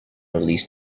released